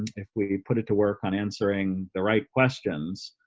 if we put it to work on answering the right questions,